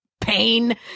pain